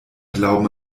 glauben